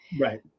Right